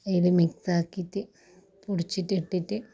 അതിൽ മിക്സാക്കീറ്റ് പൊടിച്ചിട്ടിട്ടിട്ട്